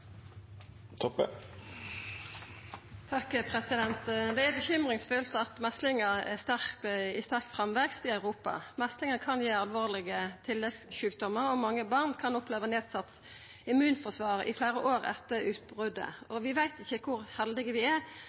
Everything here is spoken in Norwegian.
Det er bekymringsfullt at meslingar er i sterk framvekst i Europa. Meslingar kan gi alvorlege tilleggssjukdomar, og mange barn kan oppleva nedsett immunforsvar i fleire år etter utbrotet. Vi veit ikkje kor heldige vi er